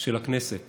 של הכנסת